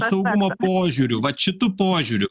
saugumo požiūriu vat šitu požiūriu